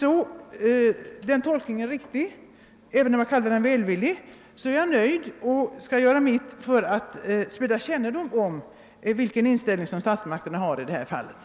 Är denna tolkning riktig — även om jag kallar den välvillig — kan jag vara nöjd f. n. och lovar att göra vad jag kan för att sprida kännedom om den inställning statsmakterna har i frågan.